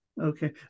Okay